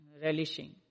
relishing